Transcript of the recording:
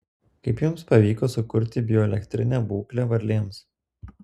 kaip jums pavyko sukurti bioelektrinę būklę varlėms